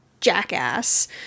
jackass